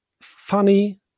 funny